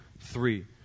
three